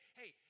hey